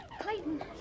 Clayton